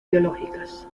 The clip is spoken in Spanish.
biológicas